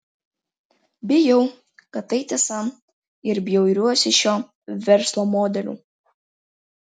bijau kad tai tiesa ir bjauriuosi šiuo verslo modeliu